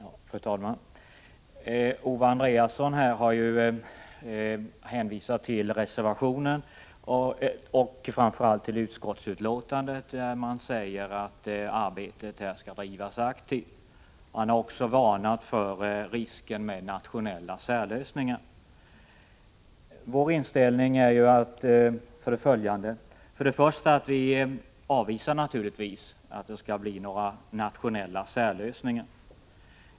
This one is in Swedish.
Fru talman! Owe Andréasson har ju här hänvisat till reservationen och framför allt till utskottsbetänkandet, där man säger att arbetet skall drivas aktivt. Han har också varnat för risken med nationella särlösningar. Vår inställning är följande. För det första avvisar vi naturligtvis nationella särlösningar.